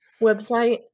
website